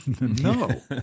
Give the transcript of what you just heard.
no